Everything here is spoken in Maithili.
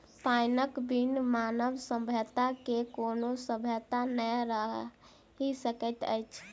पाइनक बिन मानव सभ्यता के कोनो सभ्यता नै रहि सकैत अछि